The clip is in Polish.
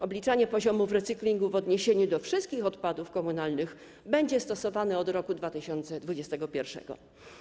Obliczanie poziomów recyklingu w odniesieniu do wszystkich odpadów komunalnych będzie stosowane od roku 2021.